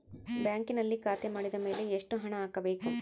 ಬ್ಯಾಂಕಿನಲ್ಲಿ ಖಾತೆ ಮಾಡಿದ ಮೇಲೆ ಎಷ್ಟು ಹಣ ಹಾಕಬೇಕು?